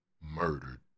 murdered